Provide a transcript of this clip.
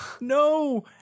no